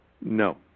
No